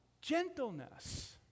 gentleness